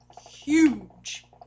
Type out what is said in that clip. huge